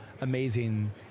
amazing